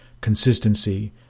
consistency